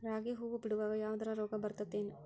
ರಾಗಿ ಹೂವು ಬಿಡುವಾಗ ಯಾವದರ ರೋಗ ಬರತೇತಿ ಏನ್?